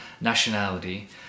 nationality